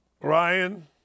Ryan